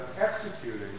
executing